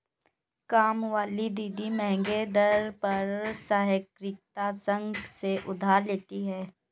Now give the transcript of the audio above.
कामवाली दीदी महंगे दर पर सहकारिता संघ से उधार लेती है